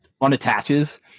unattaches